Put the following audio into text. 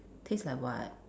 taste like what